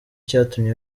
cyatumye